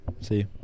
See